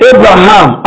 Abraham